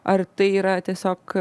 ar tai yra tiesiog